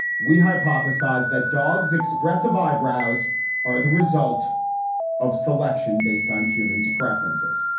we hypothesized that dogs expressive eyebrows are the result of selection based on humans preferences